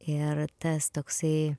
ir tas toksai